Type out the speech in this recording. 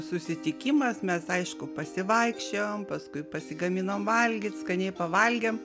susitikimas mes aišku pasivaikščiojom paskui pasigaminom valgyt skaniai pavalgėm